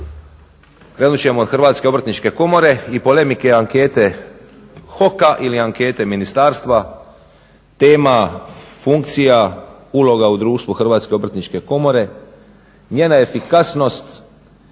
Krenut ćemo od Hrvatske obrtničke komore i polemike ankete HOK-a ili ankete ministarstva. Tema funkcija, uloga u društvu Hrvatske obrtničke komore, njena efikasnost,